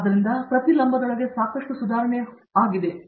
ಆದ್ದರಿಂದ ಇವುಗಳು ಪ್ರತಿ ಲಂಬದೊಳಗೆ ಸಾಕಷ್ಟು ಸುಧಾರಣೆಗಳನ್ನು ಹೊಂದಿವೆ